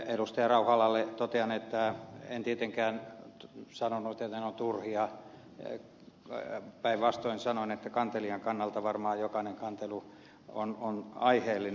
rauhalalle totean että en tietenkään sanonut että ne ovat turhia päinvastoin sanoin että kantelijan kannalta varmaan jokainen kantelu on aiheellinen